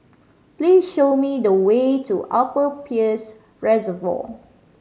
please show me the way to Upper Peirce Reservoir